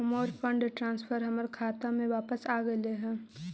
हमर fund transfer हमर खाता में वापस आगईल हे